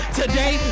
today